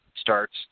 starts